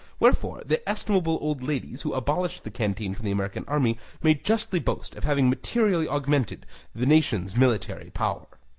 wherefore the estimable old ladies who abolished the canteen from the american army may justly boast of having materially augmented the nation's military power.